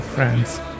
Friends